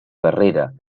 guerrera